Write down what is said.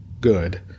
good